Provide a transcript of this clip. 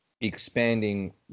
expanding